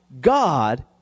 God